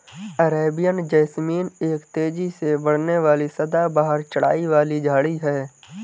Arabian jasmine एक तेजी से बढ़ने वाली सदाबहार चढ़ाई वाली झाड़ी है